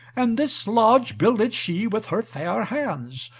and this lodge builded she with her fair hands.